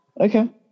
Okay